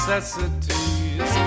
Necessities